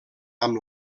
amb